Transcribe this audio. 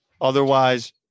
Otherwise